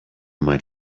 might